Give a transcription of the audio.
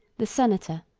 the senator,